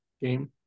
game